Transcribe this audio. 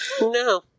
No